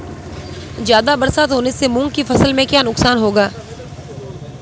ज़्यादा बरसात होने से मूंग की फसल में क्या नुकसान होगा?